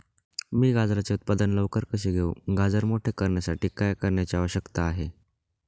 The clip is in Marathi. मी गाजराचे उत्पादन लवकर कसे घेऊ? गाजर मोठे करण्यासाठी काय करण्याची आवश्यकता आहे?